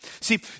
See